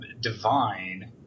divine